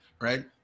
Right